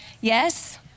yes